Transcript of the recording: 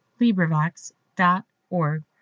LibriVox.org